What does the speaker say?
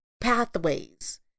pathways